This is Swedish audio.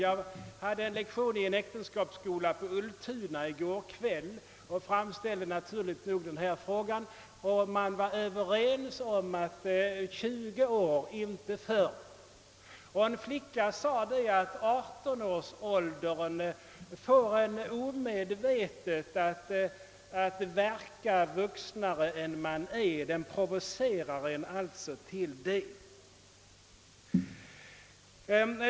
Jag hade i går kväll en lektion i en äktenskapsskoia på Ultuna och framställde naturligt nog frågan om äktenskapsåldern och de tyckte alla att 20 år, inte förr, var en lämplig ålder. En flicka sade dessutom att »18-årsgränsen omedvetet provocerar en att verka mera vuxen än man är».